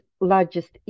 largest